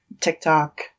TikTok